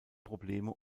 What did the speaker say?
probleme